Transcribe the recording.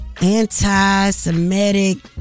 Anti-Semitic